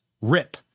rip